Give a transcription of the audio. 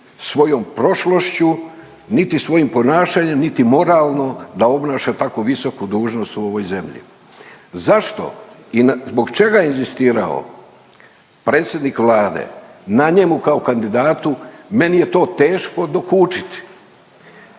svojom prošlošću, niti svojim ponašanjem, niti moralno da obnaša tako visoku dužnost u ovoj zemlji. Zašto i zbog čega je inzistirao predsjednik Vlade na njemu kao kandidatu, meni je to teško dokučiti.